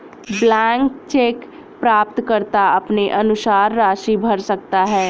blank cheque प्राप्तकर्ता अपने अनुसार राशि भर सकता है